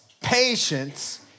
patience